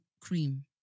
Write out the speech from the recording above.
cream